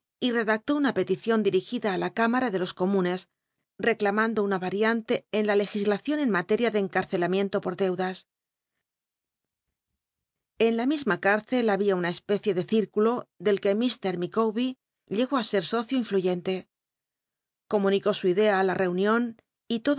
y redactó una peticion lirigid a á la cámara de los comunes reclamando una variante en la le islacion en materia de encarcelamiento por deudas en la misma cárcel babia una especie de círculo del que lir ilicawber llegó i sel socio influyen te comunicó su idea á la l'eunion